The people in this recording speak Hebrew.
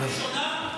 ראשונה?